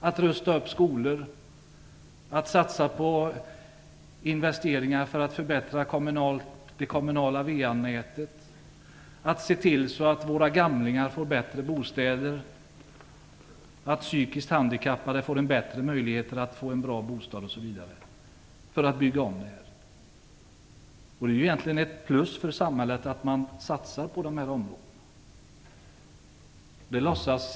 Man kan rusta upp skolor, satsa på investeringar för att förbättra det kommunala VA-nätet, se till så att våra gamlingar får bättre bostäder och att psykiskt handikappade får bättre möjligheter till bra bostäder osv. Det är egentligen ett plus för samhället att man satsar på dessa områden.